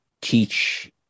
teach